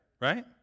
right